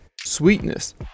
sweetness